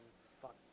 fuck